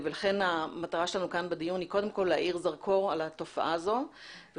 לכן המטרה שלנו כאן בדיון היא קודם כל להאיר זרקור על התופעה הזאת ובאמת